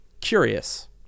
Curious